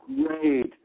great